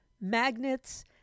magnets